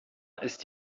ist